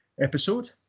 episode